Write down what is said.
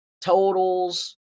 totals